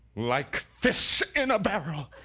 like fish in a barrel!